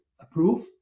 approve